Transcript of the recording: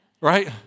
Right